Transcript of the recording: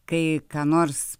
kai ką nors